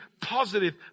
positive